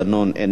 איננו,